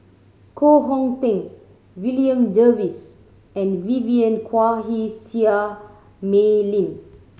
Koh Hong Teng William Jervois and Vivien Quahe Seah Mei Lin